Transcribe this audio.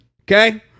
Okay